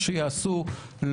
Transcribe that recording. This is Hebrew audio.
רק שתדע